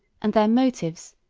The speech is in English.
and their motives,